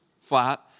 flat